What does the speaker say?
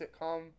sitcom